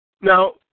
Now